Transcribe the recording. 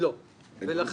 אני אומר